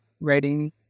writing